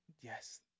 Yes